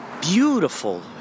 beautiful